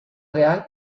real